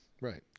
Right